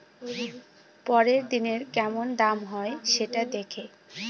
পরের দিনের কেমন দাম হবে, সেটা দেখে